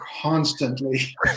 constantly